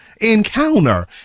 encounter